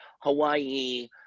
Hawaii